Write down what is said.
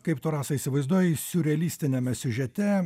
kaip tu rasa įsivaizduoji siurrealistiniame siužete